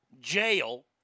jail